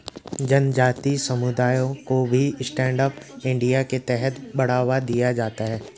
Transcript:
जनजाति समुदायों को भी स्टैण्ड अप इंडिया के तहत बढ़ावा दिया जाता है